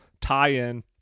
tie-in